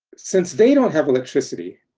since they don't have electricity,